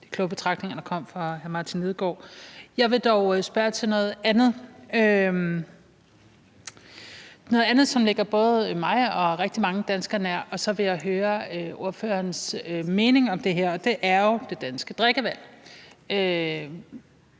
de kloge betragtninger, der kom fra hr. Martin Lidegaard. Jeg vil dog spørge til noget andet – noget, som ligger både mig og rigtig mange danskere nær, og som jeg vil høre partilederens mening om, og det er det danske drikkevand.